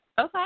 Okay